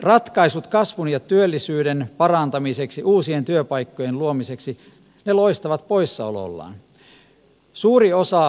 ratkaisut kasvun ja työllisyyden parantamiseksi uusien työpaikkojen luomiseksi loistavat poissaolollaan